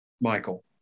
Michael